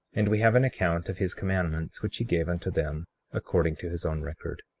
and we have an account of his commandments, which he gave unto them according to his own record.